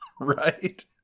Right